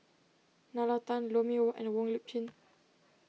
Nalla Tan Lou Mee Wah and Wong Lip Chin